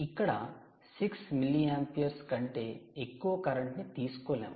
ఇక్కడ 6 మిల్లీయాంపీయర్స్ కంటే ఎక్కువ కరెంట్ ని తీసుకోలేము